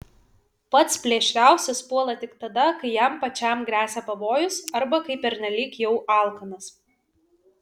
pats plėšriausias puola tik tada kai jam pačiam gresia pavojus arba kai pernelyg jau alkanas